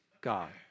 God